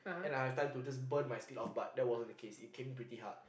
and I had time to just burn my speed off but that wasn't the case it came pretty hard